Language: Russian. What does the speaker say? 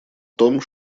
том